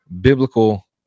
biblical